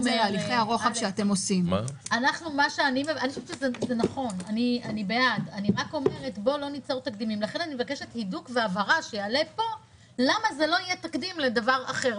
האם זה נובע מהפוזיציה של החברות או מסיבות אחרות?